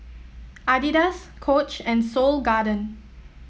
Adidas Coach and Seoul Garden